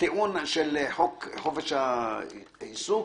הטיעון של חופש העיסוק.